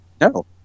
No